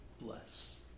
bless